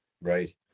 Right